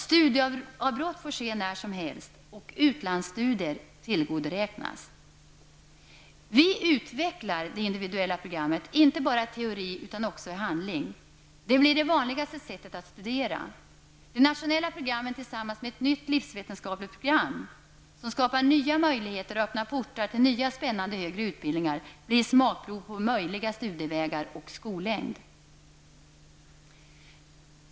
Studieavbrott får ske när som helst, och utlandsstudier får tillgodoräknas. Vi utvecklar det individuella programmet inte bara i teori, utan också i handling. Det blir det vanligaste sättet att studera. De nationella programmen tillsammans med ett nytt livsvetenskapligt program, som skapar nya möjligheter och öppnar portar till nya spännande högre utbildningar, blir smakprov på möjliga studievägar och skollängd.